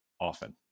often